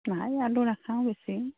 আই নাই আলু নাখাও বেছি